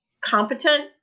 competent